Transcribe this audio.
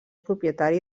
propietari